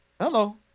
Hello